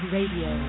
Radio